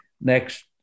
next